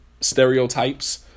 stereotypes